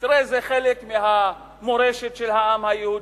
זה חלק מהמורשת של העם היהודי,